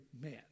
man